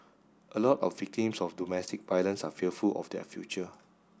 a lot of victims of domestic violence are fearful of their future